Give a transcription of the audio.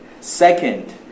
Second